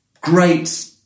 great